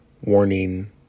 warning